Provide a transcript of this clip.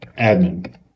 admin